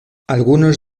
algunos